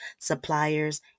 suppliers